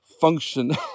function